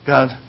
God